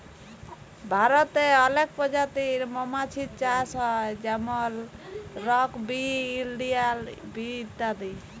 ভারতে অলেক পজাতির মমাছির চাষ হ্যয় যেমল রক বি, ইলডিয়াল বি ইত্যাদি